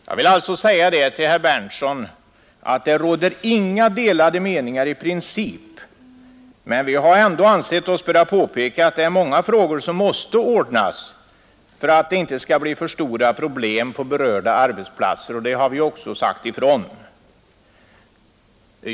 Det råder alltså, herr Berndtson, i princip inga delade meningar, men vi har ändå ansett oss böra påpeka att det är många frågor som måste ordnas för att det inte skall bli för stora problem på berörda arbetsplatser. Det har vi också sagt ifrån.